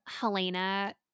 Helena